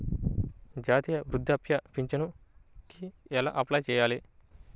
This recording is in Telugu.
జాతీయ వృద్ధాప్య పింఛనుకి ఎలా అప్లై చేయాలి?